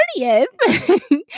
30th